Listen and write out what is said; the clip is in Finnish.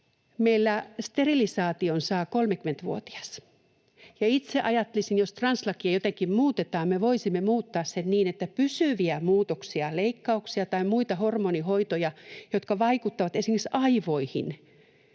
meillä sterilisaation saa 30-vuotias. Ja itse ajattelisin, että jos translakia jotenkin muutetaan, me voisimme muuttaa sen niin, että pysyviä muutoksia, leikkauksia tai muita hormonihoitoja, jotka vaikuttavat esimerkiksi aivoihin,